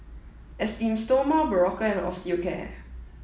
Esteem Stoma Berocca and Osteocare